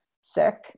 sick